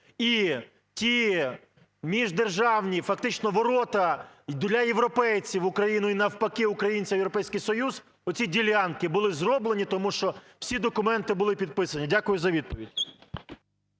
і ті міждержавні фактично ворота для європейців в Україну і, навпаки, українців в Європейський Союз, оці ділянки були зроблені, тому що всі документи були підписані. Дякую за відповідь.